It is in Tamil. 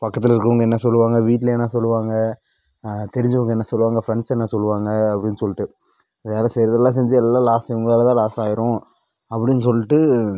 பக்கத்தில் இருக்கவங்க என்ன சொல்லுவாங்க வீட்டில என்ன சொல்லுவாங்க தெரிஞ்சவங்க என்னா சொல்லுவாங்க ஃப்ரெண்ட்ஸ் என்னா சொல்லுவாங்க அப்படின்னு சொல்லிட்டு வேலை செய்யறதெல்லாம் செஞ்சு எல்லா லாஸ் உங்களால் தான் லாஸ் ஆயிரும் அப்படினு சொல்லிட்டு